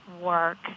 work